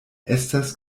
estas